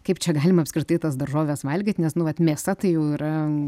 kaip čia galima apskritai tas daržoves valgyt nes nu vat mėsa tai jau yra